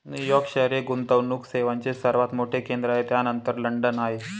New York शहर हे गुंतवणूक सेवांचे सर्वात मोठे केंद्र आहे त्यानंतर लंडन आहे